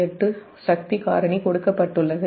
8 சக்தி ஃபேக்டர் கொடுக்கப்பட்டுள்ளது